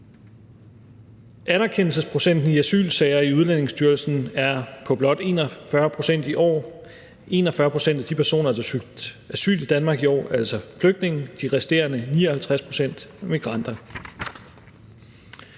Anerkendelsesprocenten i asylsager i Udlændingestyrelsen er på blot 41 pct. i år. 41 pct. af de personer, der søgte asyl i Danmark i år, er altså flygtninge; de resterende 59 pct. er migranter.